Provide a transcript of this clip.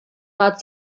rat